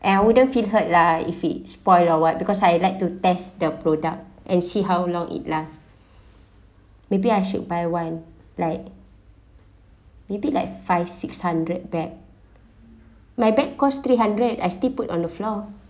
and I wouldn't feel hurt lah if it spoil or what because I like to test the product and see how long it last maybe I should buy one like maybe like five six hundred bag my bag costs three hundred I still put on the floor